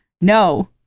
No